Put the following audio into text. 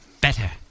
Better